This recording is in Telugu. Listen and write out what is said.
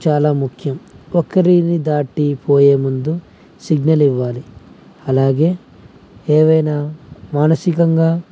చాలా ముఖ్యం ఒకరిని దాటి పోయేముందు సిగ్నల్ ఇవ్వాలి అలాగే ఏవైనా మానసికంగా